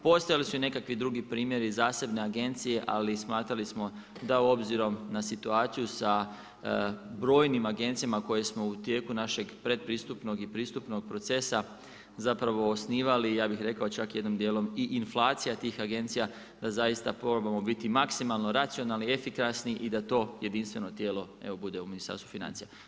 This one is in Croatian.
Postojali su i nekakvi drugi primjeri zasebne agencije, ali smatrali smo da obzirom na situaciju sa brojnim agencijama koje smo u tijeku našeg predpristupnog i pristupnog procesa zapravo osnivali i ja bih rekao čak jednim dijelom i inflacija tih agencija, da zaista probamo biti maksimalno racionalni, efikasni i da to jedinstveno tijelo evo bude u Ministarstvu financija.